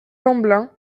lamblin